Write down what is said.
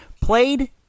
played